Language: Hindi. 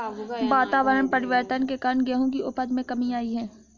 वातावरण परिवर्तन के कारण गेहूं की उपज में कमी आई है